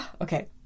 Okay